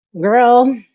girl